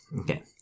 Okay